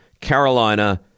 Carolina